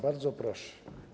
Bardzo proszę.